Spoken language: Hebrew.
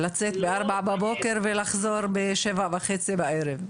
לצאת בארבע בבוקר ולחזור בשבע וחצי בערב?